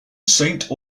saint